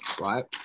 right